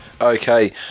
Okay